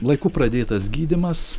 laiku pradėtas gydymas